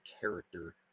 character